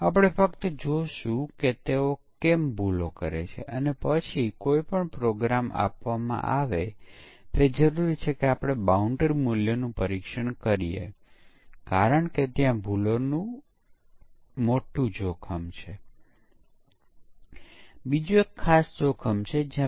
પછી બધા યુનિટનું પરીક્ષણ થયા પછી એકીકરણ પરીક્ષણ કરવાની જરૂર છે જ્યાં આપણે જુદા જુદા યુનિટને એકીકૃત કરીએ અને પરીક્ષણ કરીયે છીયે કે એકીકરણ કર્યા પછી તેઓ બરાબર કાર્યરત છે કે નહીં